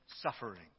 suffering